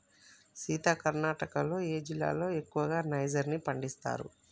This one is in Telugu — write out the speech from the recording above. సీత కర్ణాటకలో ఏ జిల్లాలో ఎక్కువగా నైజర్ ని పండిస్తారు